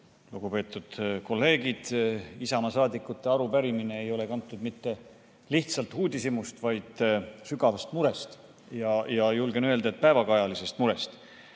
Lugupeetud kolleegid! Isamaa saadikute arupärimine ei ole kantud mitte lihtsalt uudishimust, vaid sügavast murest, ja julgen öelda, et päevakajalisest murest. Tuletan